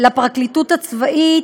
לפרקליטות הצבאית,